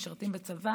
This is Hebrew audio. משרתים בצבא